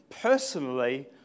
personally